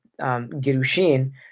Girushin